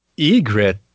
egret